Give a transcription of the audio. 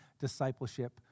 discipleship